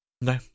No